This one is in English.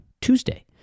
Tuesday